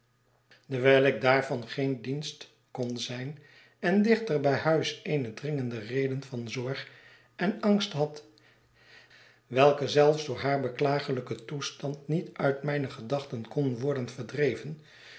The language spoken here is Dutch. ik daar van geen dienst kon zijn en dichter bij huis eene dringende red en van zorg en angst had welke zelfs door haar beklaaglijken toestand niet uit mijne gedachten kon worden verdreven